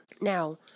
Now